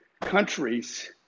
countries